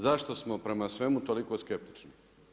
Zašto smo prema svemu toliko skeptični?